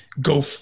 go